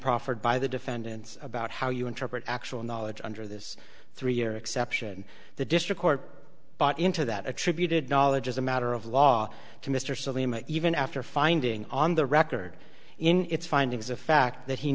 proffered by the defendants about how you interpret actual knowledge under this three year exception the district court bought into that attributed knowledge as a matter of law to mr salema even after finding on the record in its findings of fact that he